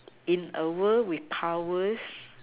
in a world with powers